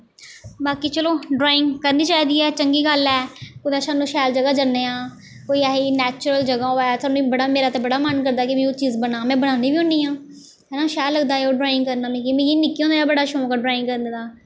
बाकी चलो ड्राईंग करनी चाहिदी ऐ चंगी गल्ल ऐ कुदै सानूं शैल जगह् जन्ने आं कोई ऐसी नैचरुल जगह् होऐ सानूं बड़ा मेरा ते बड़ा मन करदा कि में ओह् चीज़ बनां में बनानी बी होन्नी आं है ना शैल लगदा ऐ ओह् ड्राईंग करना मिगी कि के मिगी निक्के होंदे दा बड़ा शौंक ऐ ड्राईंग करने दा